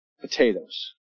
potatoes